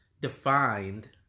defined